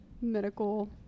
medical